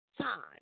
time